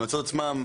ההמלצות עצמן,